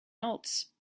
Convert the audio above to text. else